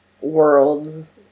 worlds